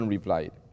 replied